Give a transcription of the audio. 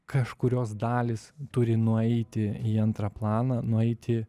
kažkurios dalys turi nueiti į antrą planą nueiti